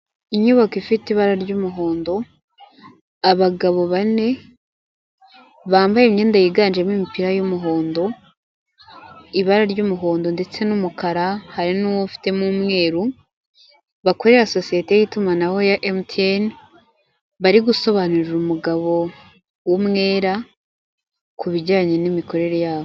Inyubako ifite ibara ry'umuhondo abagabo bane bambaye imyenda yiganjemo imipira y'umuhondo ibara ry'umuhondo ndetse n'umukara hari n'uwo ufitemo umweru bakorera sosiyete y'itumanaho ya emutiyeni bari gusobanurira umugabo w'umwera ku bijyanye n'imikorere yabo.